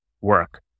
work